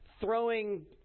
throwing